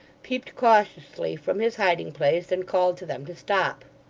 peeped cautiously from his hiding-place, and called to them to stop.